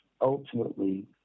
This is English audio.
ultimately